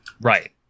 right